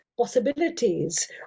possibilities